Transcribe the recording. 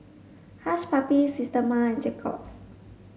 Hush Puppies Systema and Jacob's